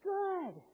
good